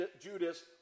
Judas